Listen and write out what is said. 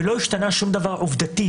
ולא השתנה שום דבר עובדתית.